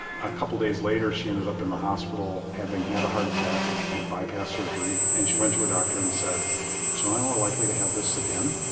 a couple of days later she ended up in the hospital having had a heart attack, had bypass surgery and she went to her doctor and said so am i more likely to have this again?